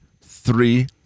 three